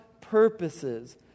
purposes